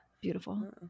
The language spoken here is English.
beautiful